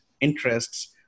interests